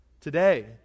today